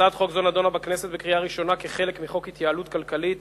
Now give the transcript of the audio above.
הצעת חוק זו נדונה בכנסת בקריאה ראשונה כחלק מחוק ההתייעלות הכלכלית